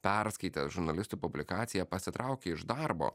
perskaitęs žurnalistų publikaciją pasitraukė iš darbo